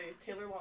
Taylor